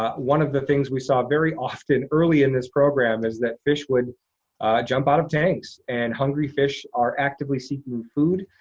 ah one of the things we saw very often, early in this program, is that fish would jump out of tanks, and hungry fish are actively seeking food.